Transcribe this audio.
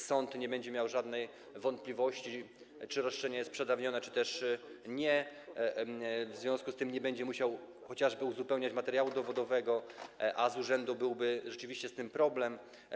Sąd nie będzie miał żadnych wątpliwości, czy roszczenie jest przedawnione czy też nie, w związku z tym nie będzie musiał chociażby uzupełniać materiału dowodowego, a z urzędu byłby rzeczywiście z tym problem.